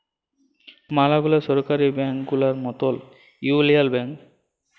ম্যালা গুলা সরকারি ব্যাংক গুলার মতল ইউলিয়াল ব্যাংক